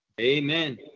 Amen